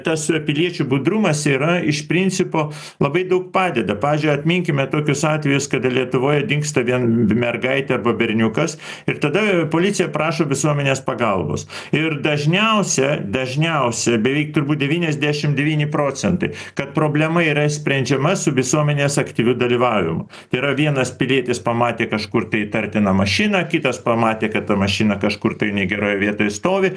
tas piliečių budrumas yra iš principo labai daug padeda pavyzdžiui atminkime tokius atvejus kada lietuvoje dingsta vien mergaitė arba berniukas ir tada policija prašo visuomenės pagalbos ir dažniausia dažniausia beveik turbūt devyniasdešim devyni procentai kad problema yra išsprendžiama su visuomenės aktyviu dalyvavimu tai yra vienas pilietis pamatė kažkur tai įtartiną mašiną kitas pamatė kad ta mašina kažkur tai negeroj vietoj stovi